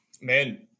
Man